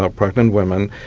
ah pregnant women,